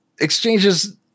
exchanges